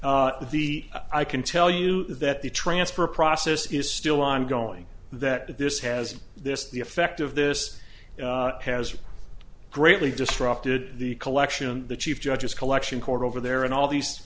the i can tell you that the transfer process is still ongoing that this has this the effect of this has greatly disrupted the collection the chief judge's collection court over there and all these